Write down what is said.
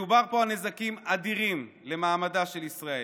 מדובר פה על נזקים אדירים למעמדה של ישראל,